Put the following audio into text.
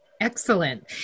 Excellent